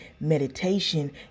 Meditation